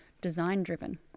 design-driven